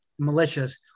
militias